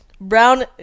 brown